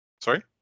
Sorry